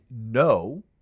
no